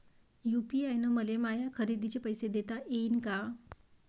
UPI न मले माया खरेदीचे पैसे देता येईन का?